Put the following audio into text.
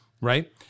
Right